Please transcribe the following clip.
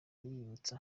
yibutsa